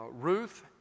Ruth